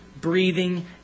breathing